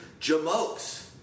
jamokes